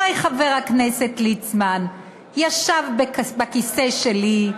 הרי חבר הכנסת ליצמן ישב בכיסא שלי,